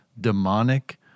demonic